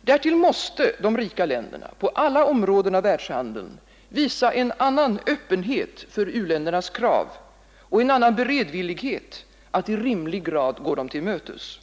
Därtill måste de rika länderna på alla områden av världshandeln visa en annan öppenhet för u-ländernas krav och en annan beredvillighet att i rimlig grad gå dem till mötes.